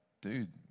dude